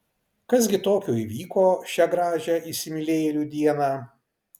kas gi tokio įvyko šią gražią įsimylėjėlių dieną